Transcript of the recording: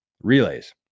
relays